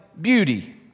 beauty